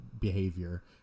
behavior